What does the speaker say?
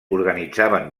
organitzaven